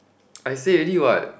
I said already what